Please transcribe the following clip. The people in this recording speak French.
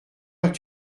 heure